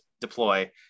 deploy